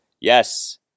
Yes